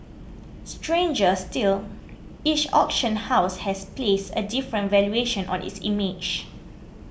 stranger still each auction house has placed a different valuation on its image